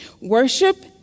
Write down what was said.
Worship